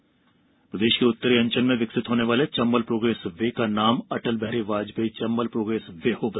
Chambal progress way प्रदेश के उत्तरी अंचल में विकसित होने वाले चंबल प्रोग्रेस वे का नाम अटल बिहारी वाजपेई चंबल प्रोग्रेस वे होगा